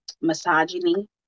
misogyny